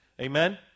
Amen